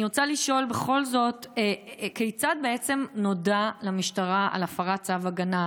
אני רוצה לשאול בכל זאת כיצד בעצם נודע למשטרה על הפרת צו הגנה.